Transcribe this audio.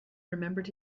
remembered